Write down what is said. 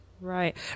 Right